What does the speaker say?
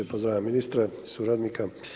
Pozdravljam ministra, suradnika.